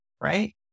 right